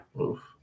Oof